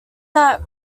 that